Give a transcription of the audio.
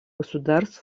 государств